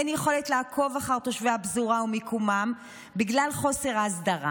אין יכולת לעקוב אחר תושבי הפזורה ומיקומם בגלל חוסר ההסדרה.